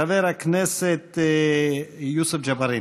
חבר הכנסת יוסף ג'בארין.